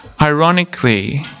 ironically